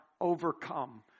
overcome